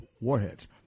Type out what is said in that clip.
warheads